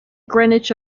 greenwich